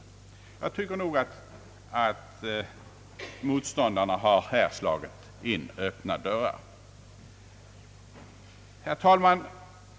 Jag tycker nog att motståndarna här slagit in öppna dörrar. Herr talman!